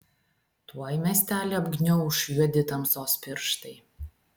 tuoj miestelį apgniauš juodi tamsos pirštai